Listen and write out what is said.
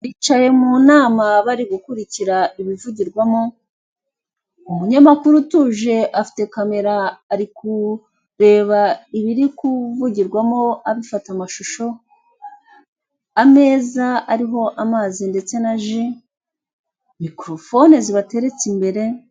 Bicaye mu nama bari gukurikira ibivugirwamo umunyamakuru utuje afite kamera ari kureba ibiri kuvugirwamo abifata amashusho, ameza ariho amazi ndetse na ji mikorofone zibateretse imbere.